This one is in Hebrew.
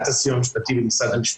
של חקיקה מתאימה לרבות הקמת דוגמה,